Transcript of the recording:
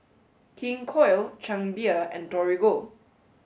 King Koil Chang Beer and Torigo